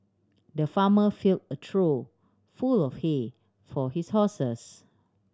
the farmer fill a trough full of hay for his horses